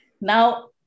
Now